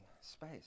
space